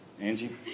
Angie